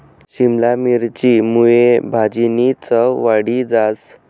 शिमला मिरची मुये भाजीनी चव वाढी जास